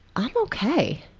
i'm ok.